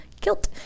kilt